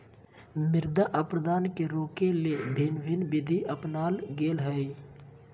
मृदा अपरदन के रोकय ले भिन्न भिन्न विधि अपनाल गेल हइ